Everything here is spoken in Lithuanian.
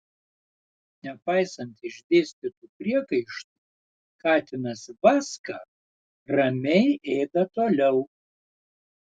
nepaisant išdėstytų priekaištų katinas vaska ramiai ėda toliau